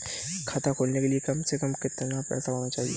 खाता खोलने के लिए कम से कम कितना पैसा होना चाहिए?